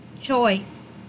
choice